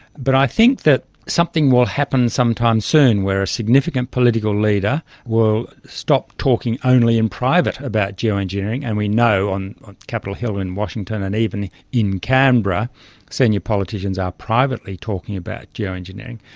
but i think that something will happen sometime soon where a significant political leader will stop talking only in private about and we know on on capitol hill in washington and even in canberra senior politicians are privately talking about geo-engineering.